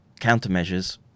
countermeasures